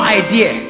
idea